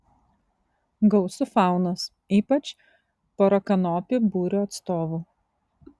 gausu faunos ypač porakanopių būrio atstovų